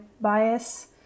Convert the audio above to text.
bias